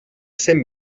cent